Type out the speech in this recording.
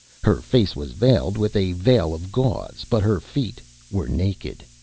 her face was veiled with a veil of gauze, but her feet were naked.